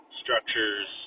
structures